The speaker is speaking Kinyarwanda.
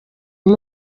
uyu